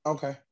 Okay